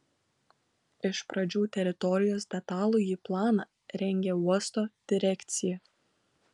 iš pradžių teritorijos detalųjį planą rengė uosto direkcija